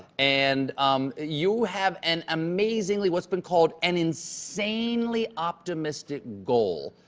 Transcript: and um you have an amazingly what's been called an insanely optimistic goal,